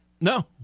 No